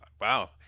wow